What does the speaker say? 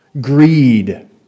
greed